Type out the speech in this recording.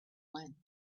when